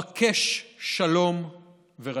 בקש שלום ורדפהו".